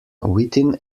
within